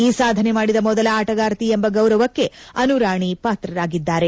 ಈ ಸಾಧನೆ ಮಾಡಿದ ಮೊದಲ ಆಟಗಾರ್ತಿ ಎಂಬ ಗೌರವಕ್ಕೆ ಅನು ರಾಣಿ ಪಾತ್ರರಾಗಿದ್ದಾರೆ